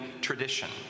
tradition